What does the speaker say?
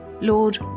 Lord